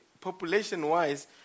population-wise